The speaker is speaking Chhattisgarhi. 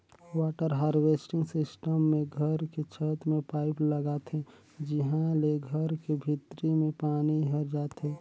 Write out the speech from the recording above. वाटर हारवेस्टिंग सिस्टम मे घर के छत में पाईप लगाथे जिंहा ले घर के भीतरी में पानी हर जाथे